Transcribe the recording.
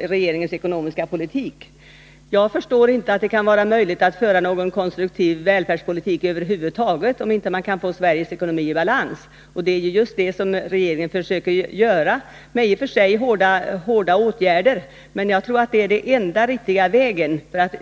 regeringens ekonomiska politik. Jag förstår inte att det kan vara möjligt att föra någon konstruktiv välfärdspolitik över huvud taget, om man inte kan få Sveriges ekonomi i balans. Det är just det regeringen nu försöker göra med i och för sig hårda åtgärder, och jag tror att det är den enda riktiga vägen.